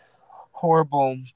horrible